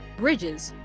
bridges,